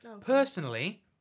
personally